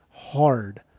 hard